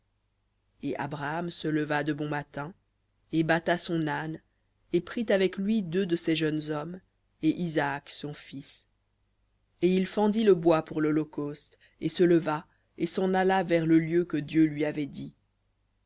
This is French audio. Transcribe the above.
et abraham se leva de bon matin et bâta son âne et prit avec lui deux de ses jeunes hommes et isaac son fils et il fendit le bois pour l'holocauste et se leva et s'en alla vers le lieu que dieu lui avait dit